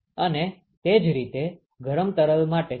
અને તે જ રીતે ગરમ તરલ માટે છે